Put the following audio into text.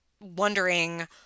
wondering